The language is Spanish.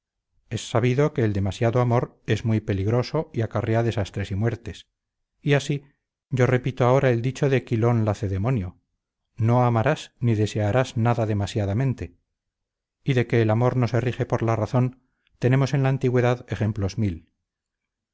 es sabido que el demasiado amor es muy peligroso y acarrea desastres y muertes y así yo repito ahora el dicho de chilon lacedemonio no amarás ni desearás nada demasiadamente y de que el amor no se rige por la razón tenemos en la antigüedad ejemplos mil